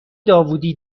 داوودی